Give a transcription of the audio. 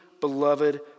beloved